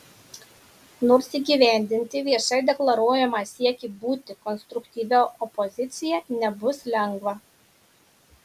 nors įgyvendinti viešai deklaruojamą siekį būti konstruktyvia opozicija nebus lengva